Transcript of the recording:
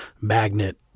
magnet